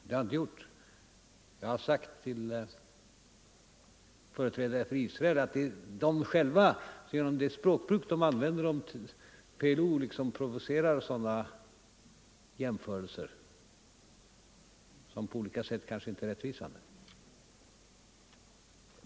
Men jag har sagt till företrädare för Israel att det är de själva som genom det språk de använder om PLO provocerar till sådana jämförelser, som på olika sätt kanske inte är rättvisande.